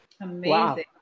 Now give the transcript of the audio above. Amazing